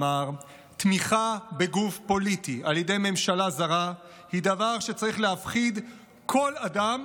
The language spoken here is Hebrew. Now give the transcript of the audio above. אמר: תמיכה בגוף פוליטי על ידי ממשלה זרה היא דבר שצריך להפחיד כל אדם